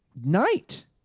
night